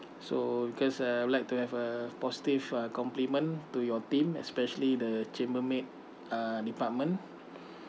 so because I'd like to have a positive uh compliment to your team especially the chambermaid uh department